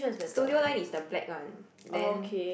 studio line is the black on then